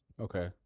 Okay